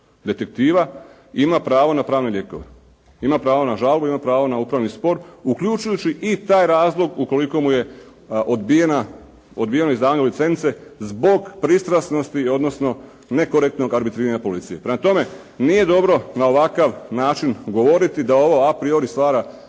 detektiva ima pravo na pravne lijekove. Ima pravo na žalbu, ima pravo na upravni spor uključujući i taj razlog ukoliko mu je odbijena, odbijeno izdavanje licence zbog pristranosti odnosno nekorektnog arbitriranja policije. Prema tome nije dobro na ovakav način govoriti da ovo a priori stvara